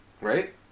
right